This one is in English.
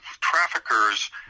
traffickers